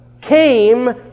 came